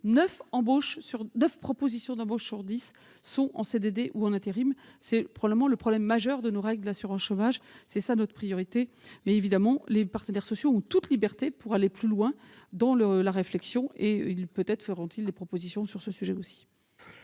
propositions d'embauche sur dix sont en CDD ou en intérim. C'est probablement le problème majeur posé par nos règles d'assurance chômage, et notre priorité est de le régler. Bien évidemment, les partenaires sociaux ont toute liberté pour aller plus loin dans la réflexion. Peut-être feront-ils aussi des propositions sur ce sujet ?